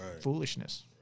foolishness